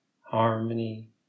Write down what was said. harmony